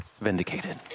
vindicated